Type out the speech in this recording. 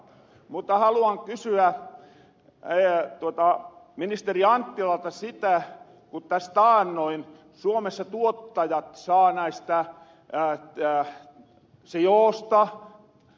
mutta haluan kysyä ministeri anttilalta sitä ku täs taannoin suomessa tuottajat saa näistä pää jää se joustaa